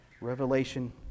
Revelation